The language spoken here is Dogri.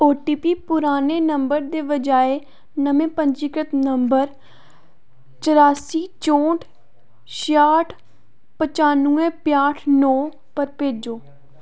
ओ टी पी पराने नंबर दे बजाए नमें पंजीकृत नंबर चरासी चौंह्ठ छेआठ पचानुऐ पैंह्ठ नौ पर भेजो